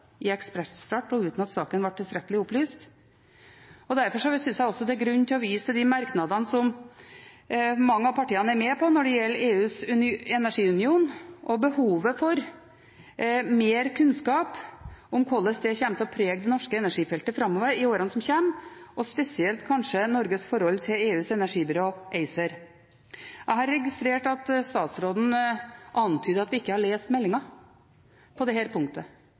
i ekspressfart og uten at saken ble tilstrekkelig opplyst. Derfor synes jeg også det er grunn til å vise til de merknadene som mange av partiene er med på når det gjelder EUs energiunion og behovet for mer kunnskap om hvordan dette kommer til å prege det norske energifeltet framover i årene som kommer, kanskje spesielt Norges forhold til EUs energibyrå ACER. Jeg har registrert at statsråden har antydet at vi ikke har lest meldingen på dette punktet. Det